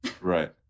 Right